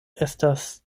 estas